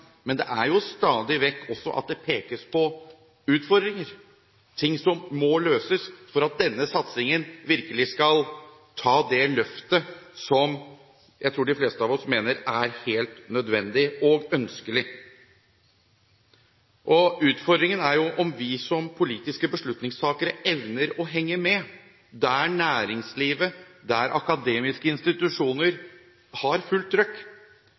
men det pekes jo også stadig vekk på utfordringer – ting som må løses for at denne satsingen virkelig skal få det løftet jeg tror de fleste av oss mener er helt nødvendig og ønskelig. Utfordringen er jo om vi som politiske beslutningstakere evner å henge med der næringslivet og akademiske institusjoner har fullt trykk.